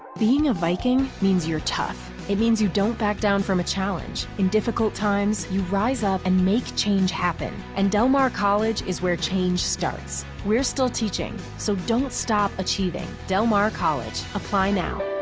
being a viking means you're tough. it means you don't back down from a challenge. in difficult times, you rise up and make change happen, and del mar college is where change starts. we're still teaching, so don't stop achieving. del mar college, apply now.